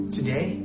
Today